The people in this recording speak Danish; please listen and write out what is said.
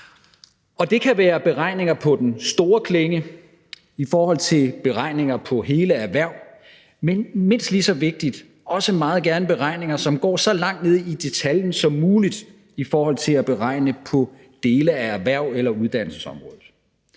det kan være beregninger på den store klinge i forhold til beregninger på hele erhverv, men mindst lige så vigtigt også meget gerne beregninger, som går så langt ned i detaljen som muligt i forhold til at beregne på dele af erhvervs- eller uddannelsesområdet.